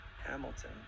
Hamilton